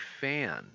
fan